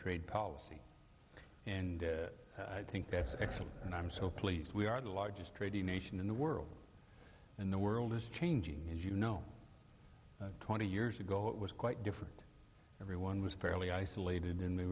trade policy and i think that's excellent and i'm so pleased we are the largest trading nation in the world in the world is changing as you know twenty years ago it was quite different everyone was fairly isolated